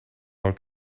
more